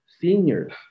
seniors